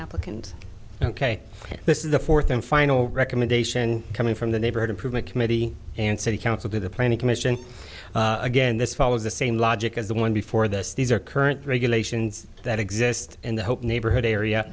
applicant ok this is the fourth and final recommendation coming from the neighborhood improvement committee and city council to the planning commission again this follows the same logic as the one before this these are current regulations that exist in the hope neighborhood area